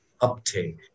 uptake